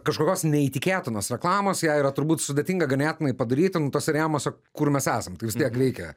kažkokios neįtikėtinos reklamos ją yra turbūt sudėtinga ganėtinai padaryti nu tuose rėmuose kur mes esam tai vis tiek reikia